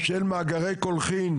של מאגרי קולחין,